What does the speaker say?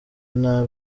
nta